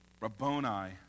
Rabboni